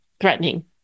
threatening